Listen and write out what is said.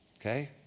okay